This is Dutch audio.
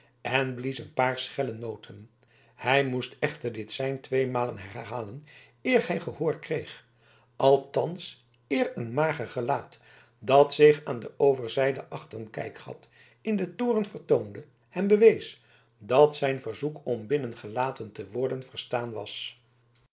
en blies een paar schelle noten hij moest echter dit sein tweemalen herhalen eer hij gehoor kreeg althans eer een mager gelaat dat zich aan de overzijde achter een kijkgat in den toren vertoonde hem bewees dat zijn verzoek om binnengelaten te worden verstaan was